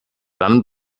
dann